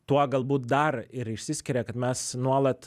tuo galbūt dar ir išsiskiria kad mes nuolat